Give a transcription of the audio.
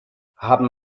haben